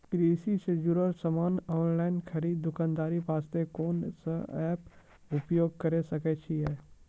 कृषि से जुड़ल समान ऑनलाइन खरीद दुकानदारी वास्ते कोंन सब एप्प उपयोग करें सकय छियै?